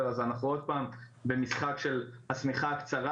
אז אנחנו עוד פעם במשחק של השמיכה הקצרה